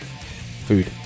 food